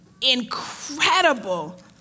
incredible